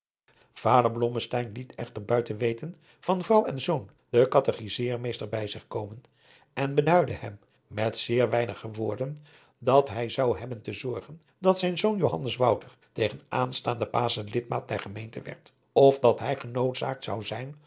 blommesteyn liet echter buiten weten van vrouw en zoon den katechizeermeester bij zich komen en beduidde hem met zeer weinige woorden dat hij zou hebben te zorgen dat zijn zoon johannes wouter tegen aanstaanden paschen lidmaat der gemeente werd of dat hij genoodzaakt zou zijn